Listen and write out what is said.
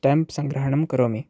stamp सङ्ग्रहणं करोमि